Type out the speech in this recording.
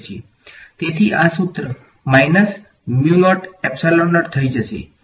તેથી આ સુત્ર માઇનસ થઈ જશે બીજું શું